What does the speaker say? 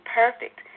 perfect